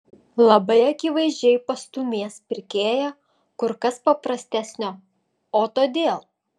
labai akivaizdžiai pastūmės pirkėją kur kas paprastesnio o todėl